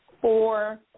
four